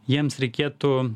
jiems reikėtų